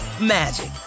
magic